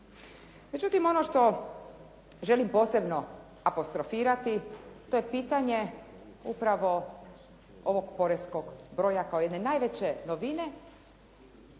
Međutim ono što želim posebno apostrofirati, to je pitanje upravo ovog poreskog broja kao jedne najveće novine